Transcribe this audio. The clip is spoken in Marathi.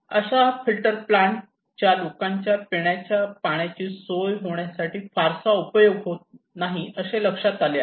अशा फिल्टर प्लांट चा लोकांच्या पिण्याच्या पाण्याची सोय होण्यासाठी फारसा उपयोग होत नाही असे लक्षात आले आहे